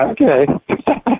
Okay